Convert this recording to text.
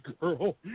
girl